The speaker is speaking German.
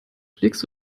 legst